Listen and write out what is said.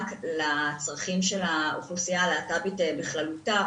לצרכים של האוכלוסיה הלהט"בית בכללותה,